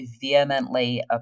vehemently